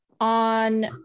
On